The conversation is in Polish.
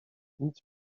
nic